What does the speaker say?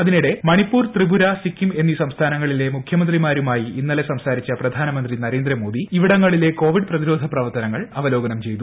അതിനിടെ മണിപ്പൂർ ത്രിപുര സിക്കിം എന്നീ സംസ്ഥാനങ്ങളിലെ മുഖൃമന്ത്രിമാരുമായി ഇന്നലെ സംസാരിച്ച പ്രധാനമന്ത്രി നരേന്ദ്രമോദി ഇവിടങ്ങളിലെ കോവിഡ് പ്രതിരോധ പ്രവർത്തനങ്ങൾ അവലോകനം ചെയ്തു